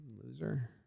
Loser